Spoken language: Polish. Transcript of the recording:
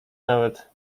nawet